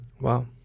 Wow